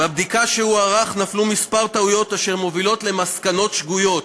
בבדיקה שהוא ערך נפלו כמה טעויות אשר מובילות למסקנות שגויות.